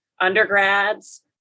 undergrads